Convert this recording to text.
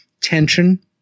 tension